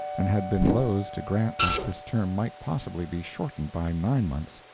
and had been loath to grant that this term might possibly be shortened by nine months.